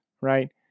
right